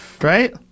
right